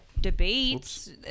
debates